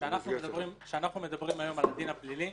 כשאנחנו מדברים היום על הדין הפלילי,